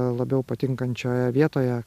labiau patinkančioje vietoje